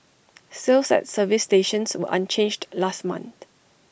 sales at service stations were unchanged last month